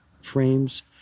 frames